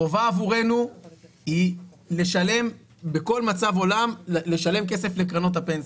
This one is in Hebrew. החובה עבורנו היא לשלם בכל מצב עולם כסף לקרנות הפנסיה.